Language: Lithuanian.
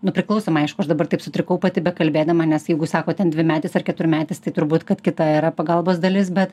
nu priklausomai aišku aš dabar taip sutrikau pati bekalbėdama nes jeigu sako ten dvimetis ar keturmetis tai turbūt kad kita yra pagalbos dalis bet